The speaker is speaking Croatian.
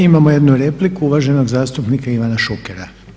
Imamo jednu repliku uvaženo zastupnika Ivana Šukera.